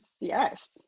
yes